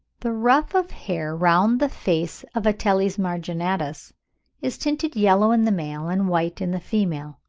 the ruff of hair round the face of ateles marginatus is tinted yellow in the male and white in the female.